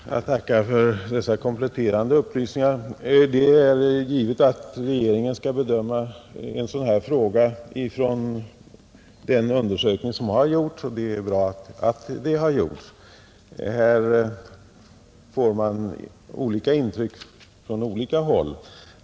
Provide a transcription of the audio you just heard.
Herr talman! Jag tackar för dessa kompletterande upplysningar. Det är givet att regeringen skall bedöma en sådan här fråga efter den undersökning som den har gjort, och det är bra att den har gjorts. Här får man olika intryck från olika håll.